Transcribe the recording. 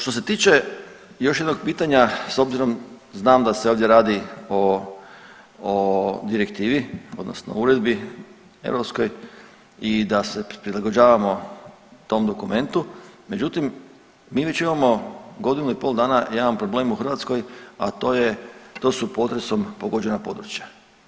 Što se tiče još jednog pitanja s obzirom znam da se ovdje radi o, o direktivi odnosno uredbi europskoj i da se prilagođavamo tom dokumentu, međutim mi već imamo godinu i pol dana jedan problem u Hrvatskoj, a to je, to su potresom pogođena područja.